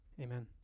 Amen